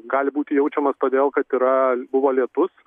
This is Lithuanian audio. gali būti jaučiamas todėl kad yra buvo lietus